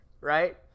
right